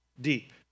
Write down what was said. deep